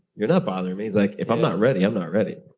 you're not bothering me. like if i'm not ready, i'm not ready.